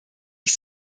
ich